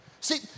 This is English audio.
See